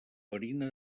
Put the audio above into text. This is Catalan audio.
farina